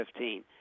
2015